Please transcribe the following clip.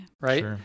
right